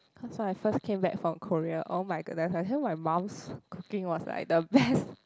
cause when I first came back from Korea all my my mum's cooking was like the best